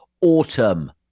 autumn